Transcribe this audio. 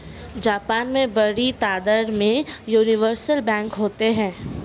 Japan में बड़ी तादाद में यूनिवर्सल बैंक होते हैं